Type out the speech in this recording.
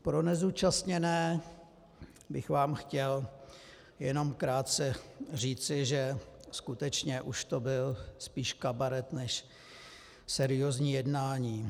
Pro nezúčastněné bych vám chtěl jenom krátce říci, že skutečně už to byl spíš kabaret než seriózní jednání.